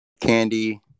Candy